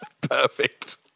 Perfect